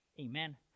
Amen